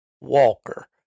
Walker